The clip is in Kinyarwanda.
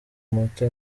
muto